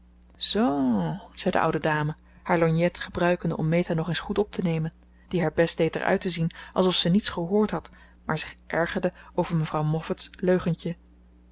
zoo zei de oude dame haar lorgnet gebruikende om meta nog eens goed op te nemen die haar best deed er uit te zien alsof ze niets gehoord had maar zich ergerde over mevrouw moffat's leugentje